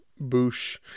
Boosh